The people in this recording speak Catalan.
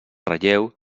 relleu